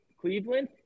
Cleveland